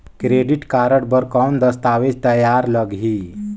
Credit card बर कौन दस्तावेज तैयार लगही?